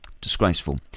Disgraceful